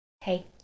Hey